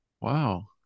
Wow